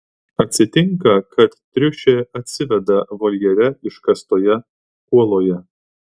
atsitinka kad triušė atsiveda voljere iškastoje uoloje